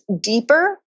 deeper